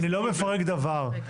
אני לא מפרק דבר.